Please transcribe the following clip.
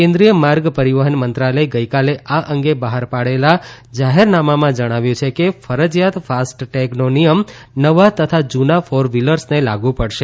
કેન્દ્રિય માર્ગ પરિવહન મંત્રાલયે ગઈકાલે આ અંગે બહાર પાડેલા જાહેરનામામાં જણાવ્યું છે કે ફરજિયાત ફાસ્ટ ટેગનો નિયમ નવા તથા જૂના ફોર વ્હિલર્સને લાગુ પડશે